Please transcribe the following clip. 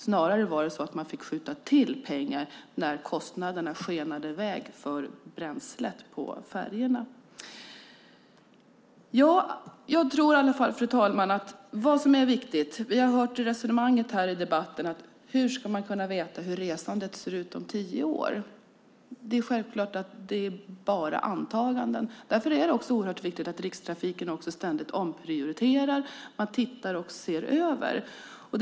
Snarare handlar det om att man fick skjuta till pengar när kostnaderna för bränslet på färjorna skenade i väg. I debatten här har det frågats hur man ska kunna veta hur resandet ser ut om tio år. Det är självklart att det bara är antaganden. Därför är det också oerhört viktigt att Rikstrafiken ständigt omprioriterar och ser över sin verksamhet.